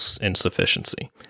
insufficiency